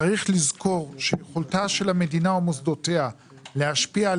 צריך לזכור שיכולתה של המדינה ומוסדותיה להשפיע על